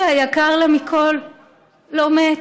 שהיקר לה מכול לא מת,